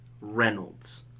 Reynolds